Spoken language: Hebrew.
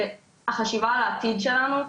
זה החשיבה על העתיד שלנו,